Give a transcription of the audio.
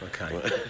okay